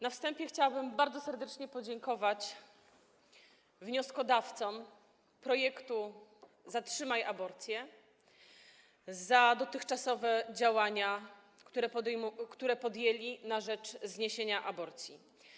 Na wstępie chciałabym bardzo serdecznie podziękować wnioskodawcom projektu „Zatrzymaj aborcję” za dotychczasowe działania, które podjęli na rzecz zniesienia aborcji.